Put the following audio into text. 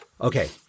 Okay